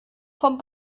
vom